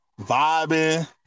Vibing